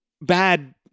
bad